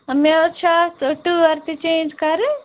مےٚ حظ چھِ اَتھ ٹٲر تہِ چینج کَرٕنۍ